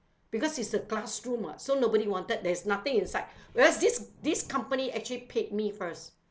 because is the classroom [what] so nobody wanted there's nothing inside whereas this this company actually paid me first